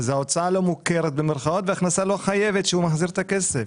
אז ההוצאה לא מוכרת במרכאות וההכנסה לא חייבת כשהוא מחזיר את הכסף.